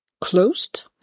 closed